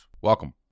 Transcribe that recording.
Welcome